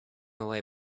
away